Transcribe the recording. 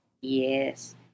Yes